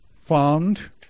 found